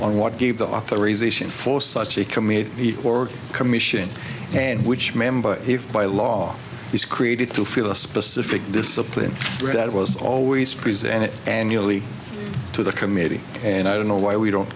on what gave the authorization for such a committee or commission and which member if by law is created to feel a specific discipline that was always presented annually to the committee and i don't know why we don't